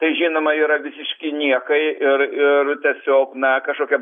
tai žinoma yra visiški niekai ir ir tiesiog na kažkokia